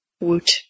Woot